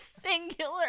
singular